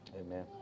Amen